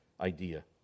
idea